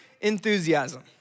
enthusiasm